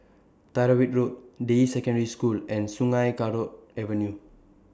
Tyrwhitt Road Deyi Secondary School and Sungei Kadut Avenue